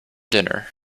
dinner